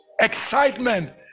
excitement